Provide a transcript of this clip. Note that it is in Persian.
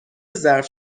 ظرف